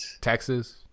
Texas